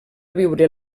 viure